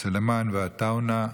סלימאן ועטאונה,